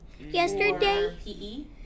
Yesterday